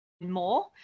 more